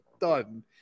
done